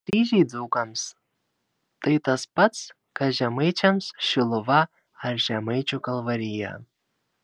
kryžiai dzūkams tai tas pats kas žemaičiams šiluva ar žemaičių kalvarija